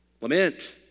Lament